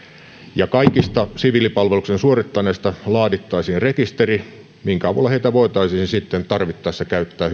kaikista siviilipalveluksen suorittaneista laadittaisiin rekisteri minkä avulla heitä voitaisiin sitten tarvittaessa käyttää